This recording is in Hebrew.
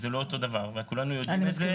זה לא אותו דבר וכולנו יודעים את זה.